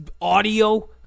audio